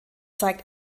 zeigt